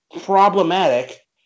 problematic